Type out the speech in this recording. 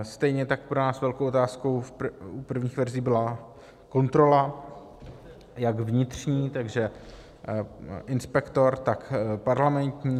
Stejně tak pro nás velkou otázkou v prvních verzích byla kontrola, jak vnitřní, takže inspektor, tak parlamentní.